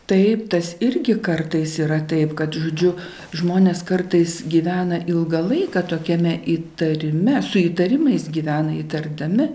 taip tas irgi kartais yra taip kad žodžiu žmonės kartais gyvena ilgą laiką tokiame įtarime su įtarimais gyvena įtardami